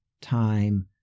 time